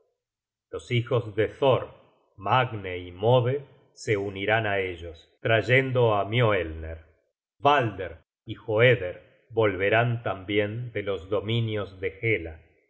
los hijos de thor magne y mode se unirán á ellos trayendo á mioelner balder y lloeder volverán tambien de los dominios de hela